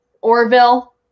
Orville